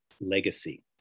legacy